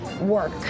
work